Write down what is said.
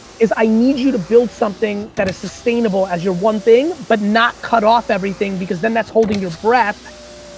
is i need you to build something that is sustainable as your one thing, but not cut off everything because then that's holding your breath,